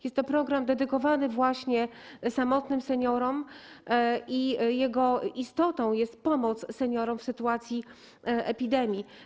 Jest to program dedykowany właśnie samotnym seniorom i jego istotą jest pomoc seniorom w sytuacji epidemii.